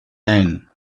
and